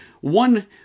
one